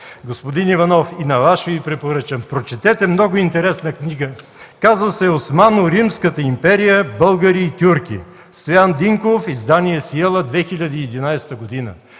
Господин Иванов, и на Вас ще Ви препоръчам – прочетете много интересна книга. Казва се „Османо-римската империя, българи и тюрки”, Стоян Динков, издание „Сиела” 2011 г.